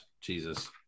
Jesus